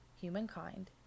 humankind